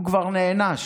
הוא כבר נענש,